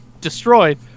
destroyed